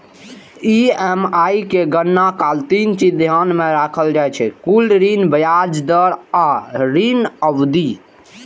EMI के गणना काल तीन चीज ध्यान मे राखल जाइ छै, कुल ऋण, ब्याज दर आ ऋण अवधि